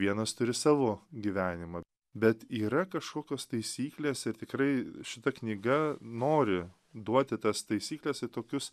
vienas turi savo gyvenimą bet yra kašokios taisyklės ir tikrai šita knyga nori duoti tas taisykles į tokius